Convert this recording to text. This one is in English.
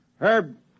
Herb